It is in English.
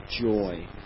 joy